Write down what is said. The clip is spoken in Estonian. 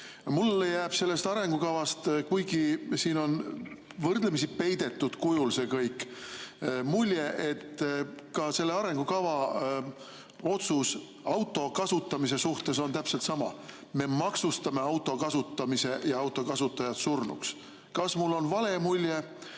Mulle jääb sellest arengukavast mulje, kuigi siin on võrdlemisi peidetud kujul see kõik, et ka selle arengukava otsus auto kasutamise kohta on täpselt sama: me maksustame auto kasutamise ja autokasutajad surnuks. Kas mulle on jäänud vale mulje?